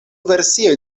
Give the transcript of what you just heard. versioj